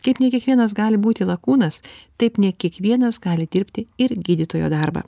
kaip ne kiekvienas gali būti lakūnas taip ne kiekvienas gali dirbti ir gydytojo darbą